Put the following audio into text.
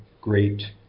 great